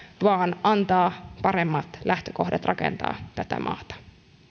vaan antaa paremmat lähtökohdat rakentaa tätä maata